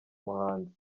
muhanzi